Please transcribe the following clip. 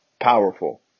powerful